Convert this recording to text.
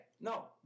no